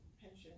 pension